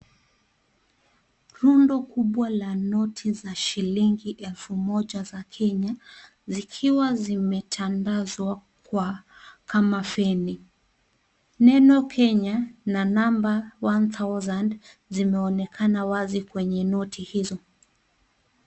Rundo kubwa la noti za shilingi elfu moja za Kenya zikiwa zimetandazwa kama femi. Neno Kenya na number one thousand zinaonekana wazi kwenye noti hizo.